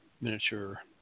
miniature